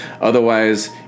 Otherwise